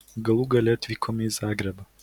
galų gale atvykome į zagrebą